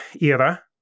era